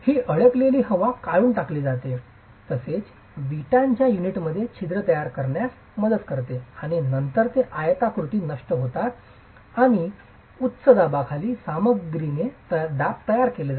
ही अडकलेली हवा काढून टाकली जाते तेच विटांच्या युनिटमध्ये छिद्र तयार करण्यास मदत करते आणि नंतर ते आयताकृती नष्ट होतात आणि उच्च दाबाखाली सामग्रीचे दाब तयार केले जाते